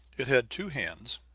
it had two hands,